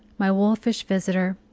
my wolfish visitor,